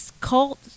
cult